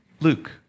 Luke